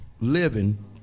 living